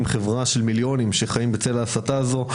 חברה של מיליונים שחיים בצל ההסתה הזו.